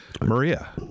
Maria